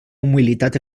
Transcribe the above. humilitat